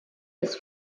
des